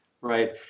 Right